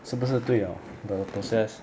是不是对了 the process